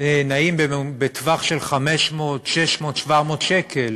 נעים בטווח של 500, 600, 700 שקל.